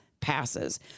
passes